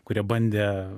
kurie bandė